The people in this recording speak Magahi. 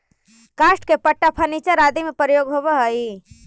काष्ठ के पट्टा फर्नीचर आदि में प्रयोग होवऽ हई